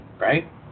right